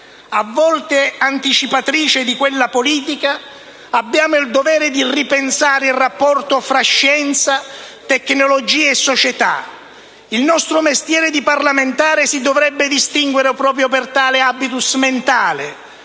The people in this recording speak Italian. (a volte anticipatrice di quella politica), abbiamo il dovere di ripensare il rapporto fra scienza, tecnologie e società; il nostro mestiere di parlamentari si dovrebbe distinguere proprio per tale *habitus* mentale: